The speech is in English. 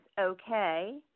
okay